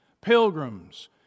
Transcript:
pilgrims